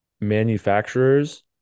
manufacturers